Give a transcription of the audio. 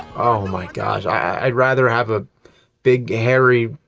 oh, my god. i'd rather have a big, hairy,